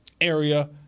area